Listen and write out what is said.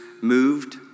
moved